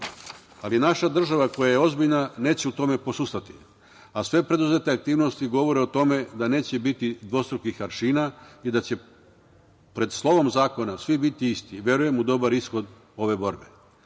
ali naša država koja je ozbiljna neće u tome posustati, a sve preduzete aktivnosti govore o tome da neće biti dvostrukih aršina i da će pred slovom zakona isti. Verujem u dobar ishod ove borbe,